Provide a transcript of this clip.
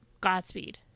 Godspeed